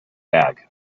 bag